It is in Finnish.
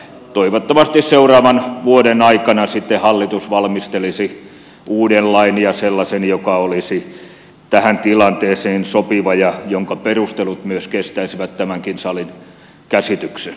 toivottavasti seuraavan vuoden aikana sitten hallitus valmistelisi uuden lain ja sellaisen joka olisi tähän tilanteeseen sopiva ja jonka perustelut myös kestäisivät tämänkin salin käsityksen